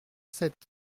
sept